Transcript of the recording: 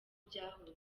byahoze